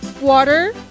water